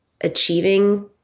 achieving